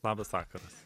labas vakaras